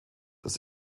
das